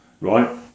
right